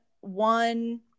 one